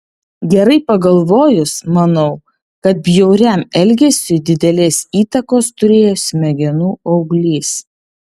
gerai pagalvojus manau kad bjauriam elgesiui didelės įtakos turėjo smegenų auglys